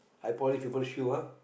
I polish people shoe ah